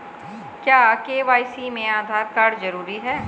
क्या के.वाई.सी में आधार कार्ड जरूरी है?